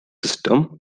system